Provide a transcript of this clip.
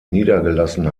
niedergelassen